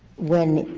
when